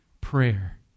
prayer